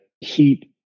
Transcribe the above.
heat